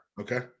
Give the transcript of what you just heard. okay